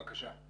בבקשה.